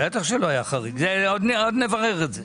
עוד נברר את זה.